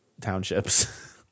townships